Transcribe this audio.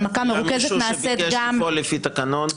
היה מישהו שביקש לפעול לפי התקנון?